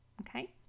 Okay